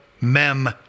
mem